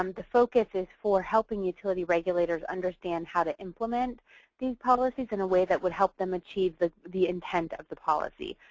um the focus is for helping utility regulators understand how to implement these policies in a way that would help them achieve the the intent of the policy.